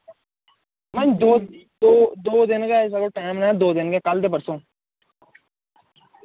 मन दो दो दो दिन गै साढ़े कोल टाइम ऐ दो दिन गै कल ते परसूं